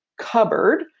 cupboard